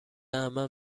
عمم